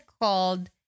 called